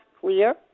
clear